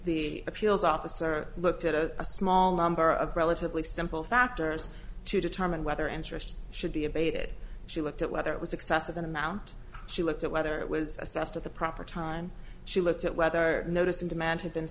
the appeals officer looked at a small number of relatively simple factors to determine whether interest should be abated she looked at whether it was excessive an amount she looked at whether it was assessed at the proper time she looked at whether notice of demand had been